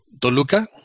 Toluca